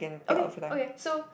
okay okay so